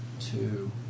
two